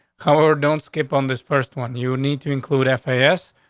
however, don't skip on this first one, you need to include f a s.